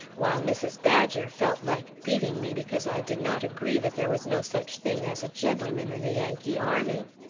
while mrs. badger felt like beating me because i did not agree that there was no such thing as a gentleman in the yankee army.